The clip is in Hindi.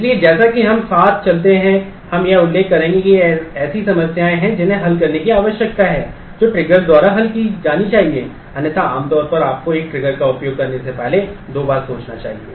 इसलिए जैसा कि हम साथ चलते हैं हम यह उल्लेख करेंगे कि ये ऐसी समस्याएं हैं जिन्हें हल करने की आवश्यकता है जो ट्रिगर्स द्वारा हल की जानी चाहिए अन्यथा आम तौर पर आपको एक ट्रिगर का उपयोग करने से पहले दो बार सोचना चाहिए